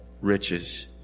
riches